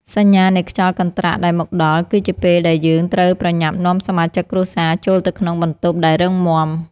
សញ្ញានៃខ្យល់កន្ត្រាក់ដែលមកដល់ គឺជាពេលដែលយើងត្រូវប្រញាប់នាំសមាជិកគ្រួសារចូលទៅក្នុងបន្ទប់ដែលរឹងមាំ។